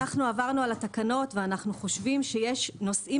אנחנו עברנו על התקנות ואנחנו חושבים שיש נושאים